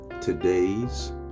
Today's